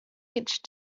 each